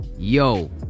Yo